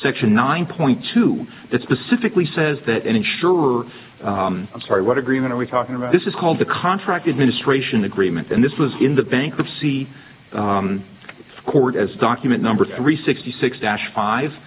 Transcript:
section nine point two that specifically says that an insurer i'm sorry what agreement are we talking about this is called the contracted ministration agreement and this was in the bankruptcy court as a document number three sixty six dash five